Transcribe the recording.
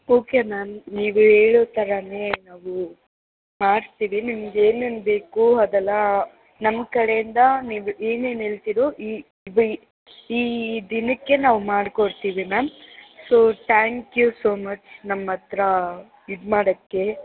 okay ma'am ನೀವು ಹೇಳೊ ಥರನೆ ನಾವು ಮಾಡಿಸ್ತೀವಿ ನಿಮ್ಗೆ ಏನೇನು ಬೇಕು ಆದೆಲ್ಲಾ ನಮ್ಮ ಕಡೆಯಿಂದ ನೀವು ಏನೇನು ಹೇಳ್ತಿರೊ ಈ ಈ ದಿನಕ್ಕೆ ನಾವು ಮಾಡಿಕೊಡ್ತೀವಿ ma'am so thank you so much ನಮ್ಮ ಹತ್ರ ಇದು ಮಾಡೋಕ್ಕೆ